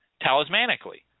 talismanically